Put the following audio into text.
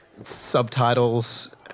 subtitles